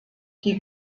die